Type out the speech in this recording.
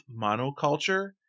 monoculture